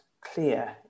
clear